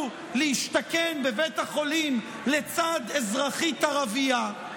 להשתכן בבית החולים לצד אזרחית ערבייה.